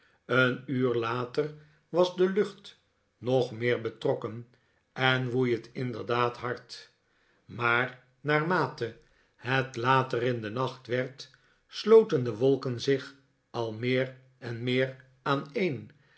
een uur later was de lucht nog meer betrokken en woei het inderdaad hard maar naarmate het later in den nacht werd sloten de wolken zich al meer en meer aaneen